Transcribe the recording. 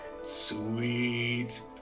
sweet